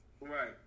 Right